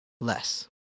less